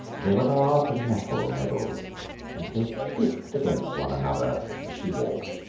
they were large metal medals and they clicked against one another as she walked.